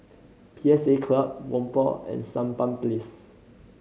P S A Club Whampoa and Sampan Place